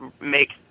make